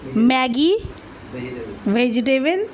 Maggi vegetable